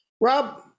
rob